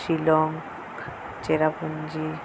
Shillong Cherrapunji